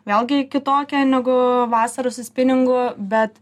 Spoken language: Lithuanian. vėlgi kitokia negu vasaros su spiningu bet